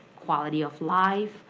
quality of life,